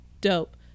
Dope